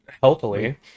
Healthily